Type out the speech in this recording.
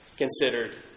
Considered